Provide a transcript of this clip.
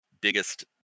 biggest